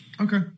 Okay